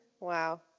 Wow